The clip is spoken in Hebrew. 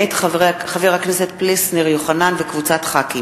מאת חבר הכנסת מוחמד ברכה וקבוצת חברי הכנסת,